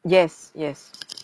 yes yes